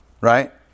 right